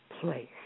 place